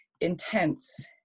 intense